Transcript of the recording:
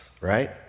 right